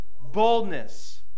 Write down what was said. boldness